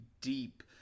deep